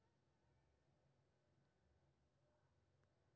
अंतरराष्ट्रीय व्यापार सं अनेक आर्थिक क्रिया केर विकास होइ छै